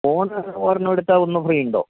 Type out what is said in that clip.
phone ഒരെണ്ണം എടുത്താൽ ഒന്ന് ഫ്രീ ഉണ്ടോ